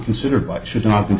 considered by should not